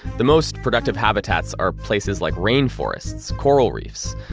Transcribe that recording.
the most productive habitats are places like rain forests, coral reefs,